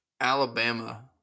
Alabama